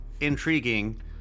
intriguing